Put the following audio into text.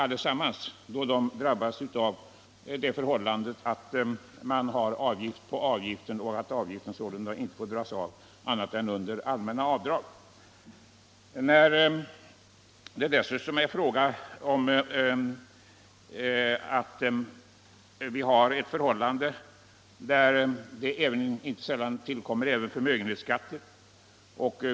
Alla egenföretagare drabbas av en avgift på avgiften genom att denna inte får dras av förrän under allmänna avdrag. Dessutom tillkommer inte sällan även förmögenhetsskatter.